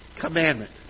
commandment